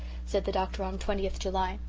said the doctor on twentieth july.